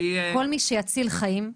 כל מי שיציל חיים,